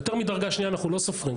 יותר מדרגה שנייה אנחנו לא סופרים.